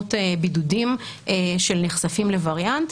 מדיניות בידודים של נחשפים לווריאנט.